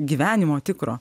gyvenimo tikro